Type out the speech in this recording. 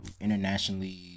internationally